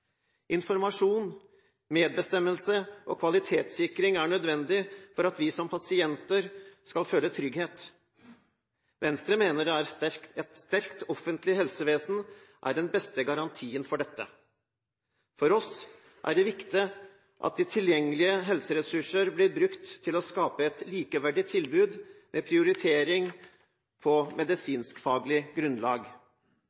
Informasjon, medbestemmelse og kvalitetssikring er nødvendig for at vi som pasienter skal føle trygghet. Venstre mener at et sterkt offentlig helsevesen er den beste garantien for dette. For oss er det viktig at de tilgjengelige helseressurser blir brukt til å skape et likeverdig tilbud med prioritering på